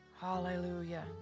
Hallelujah